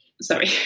Sorry